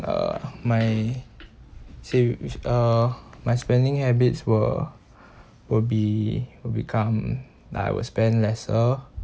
uh my sa~ with uh my spending habits will will be will become I will spend lesser